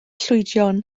llwydion